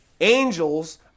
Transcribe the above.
Angels